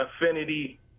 affinity